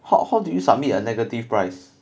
how how did you submit a negative price